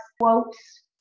quotes